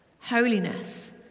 holiness